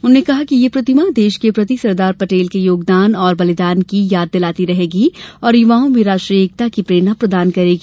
उन्होंने कहा कि यह प्रतिमा देश के प्रति सरदार पटेल के योगदान और बलिदान की याद दिलाती रहेगी और युवाओं में राष्ट्रीय एकता की प्रेरणा प्रदान करेगी